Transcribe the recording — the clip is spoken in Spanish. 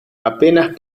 apenas